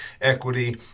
equity